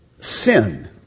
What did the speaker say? sin